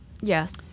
Yes